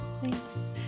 Thanks